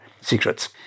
secrets